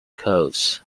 coach